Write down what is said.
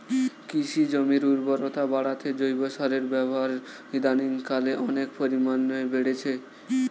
কৃষি জমির উর্বরতা বাড়াতে জৈব সারের ব্যবহার ইদানিংকালে অনেক পরিমাণে বেড়ে গিয়েছে